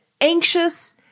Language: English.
anxious